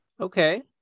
okay